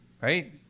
Right